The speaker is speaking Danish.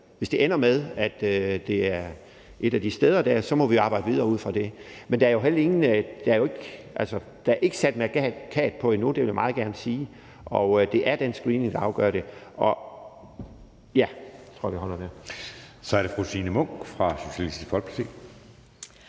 hvis det ender med, at det er et af de steder der, så må vi arbejde videre ud fra det. Men altså, der er ikke sat mærkat på endnu – det vil jeg meget gerne sige – og det er den screening, der afgør det. Kl. 11:16 Anden næstformand (Jeppe Søe): Så er det fru Signe Munk fra Socialistisk Folkeparti.